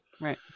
right